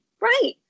Right